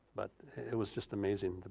but it was just amazing,